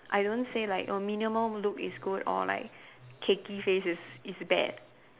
I don't say oh like minimum look is good or like cakey face is is bad